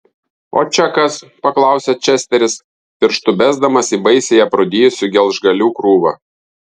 o čia kas paklausė česteris pirštu besdamas į baisiai aprūdijusių gelžgalių krūvą